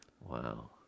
Wow